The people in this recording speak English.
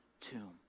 tomb